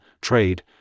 trade